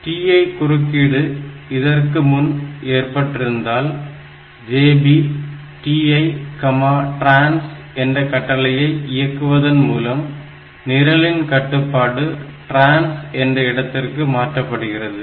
TI குறுக்கீடு இதற்கு முன் ஏற்பட்டிருந்தால் JB TItrans என்ற கட்டளையை இயக்குவதன் மூலம் நிரலின் கட்டுப்பாடு TRANS என்ற இடத்திற்கு மாற்றப்படுகிறது